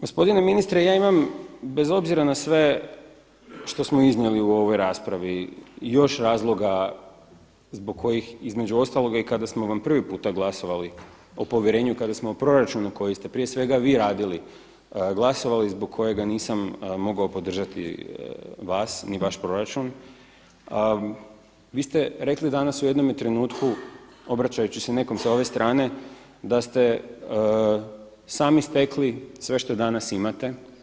Gospodine ministre ja imam bez obzira na sve što smo iznijeli u ovoj raspravi još razloga zbog kojih između ostaloga i kada smo vam prvi puta glasovali o povjerenju, kada smo o proračunu koji ste prije svega vi radili, glasovali zbog kojega nisam mogao podržati vas ni vaš proračun, vi ste rekli danas u jednome trenutku obraćajući se nekom s ove strane da ste sami stekli sve što danas imate.